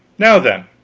now then,